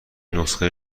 نسخه